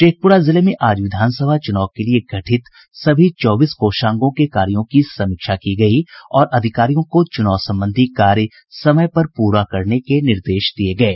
शेखप्रा जिले में आज विधानसभा चूनाव के लिये गठित सभी चौबीस कोषांगों के कार्यों की समीक्षा की गयी और अधिकारियों को चूनाव संबंधी कार्य समय पर पूरा करने के निर्देश दिये गये